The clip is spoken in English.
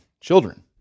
children